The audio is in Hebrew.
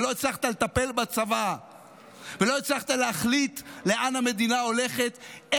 ולא הצלחת לטפל בצבא ולא הצלחת להחליט לאן המדינה הולכת,